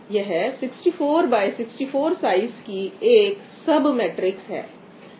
यह 64 X 64 size की एक सब मैट्रिक्स sub matrix है